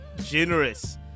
generous